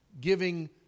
giving